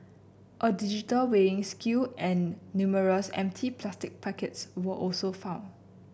a digital weighing scale and numerous empty plastic packets were also found